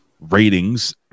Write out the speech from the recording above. ratings